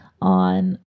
on